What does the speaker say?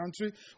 country